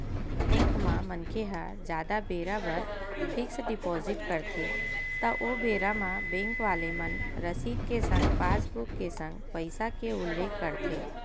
bank म मनखे ह जादा बेरा बर फिक्स डिपोजिट करथे त ओ बेरा म बेंक वाले मन रसीद के संग पासबुक के संग पइसा के उल्लेख करथे